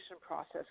process